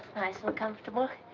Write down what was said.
nice and comfortable.